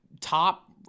top